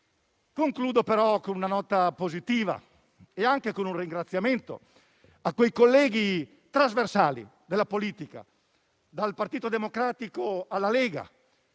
Concludo, però, con una nota positiva e un ringraziamento a quei colleghi trasversali della politica, dal Partito Democratico alla Lega,